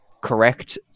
correct